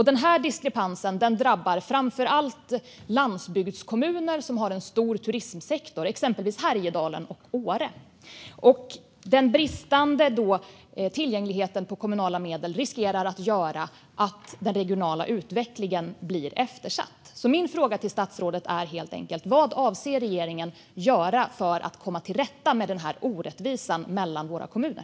Denna diskrepans drabbar framför allt landsbygdskommuner som har en stor turismsektor, exempelvis Härjedalen och Åre, och den bristande tillgängligheten på kommunala medel riskerar att göra att den regionala utvecklingen blir eftersatt. Min fråga till statsrådet är helt enkelt: Vad avser regeringen att göra för att komma till rätta med denna orättvisa mellan våra kommuner?